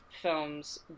films